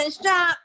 stop